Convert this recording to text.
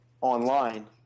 online